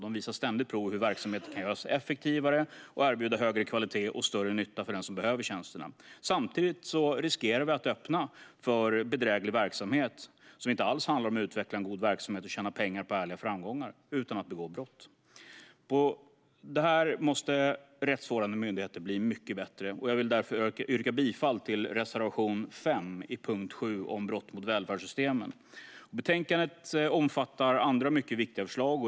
De visar ständigt prov på hur verksamheter kan göras effektivare och erbjuda högre kvalitet och större nytta för dem som behöver tjänsterna. Samtidigt riskerar vi att öppna för bedräglig verksamhet som inte alls handlar om att utveckla en god verksamhet och tjäna pengar på ärliga framgångar utan om att begå brott. Här måste rättsvårdande myndigheter bli mycket bättre. Jag vill därför yrka bifall till reservation 5 under punkt 7 om brott mot välfärdssystemen. Betänkandet omfattar andra mycket viktiga förslag.